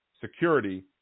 security